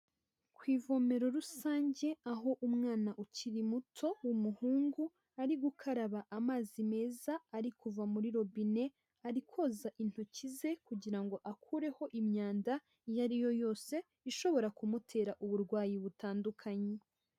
Ku ivomero rusange aho umwana ukiri muto w'umuhungu ari gukaraba amazi meza ari kuva muri robine, ari koza intoki ze kugirango akureho imyanda iyo ari yo yose ishobora kumutera uburwayi butandukanye.